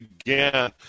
again